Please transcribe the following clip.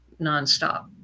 nonstop